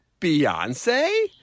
beyonce